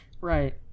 Right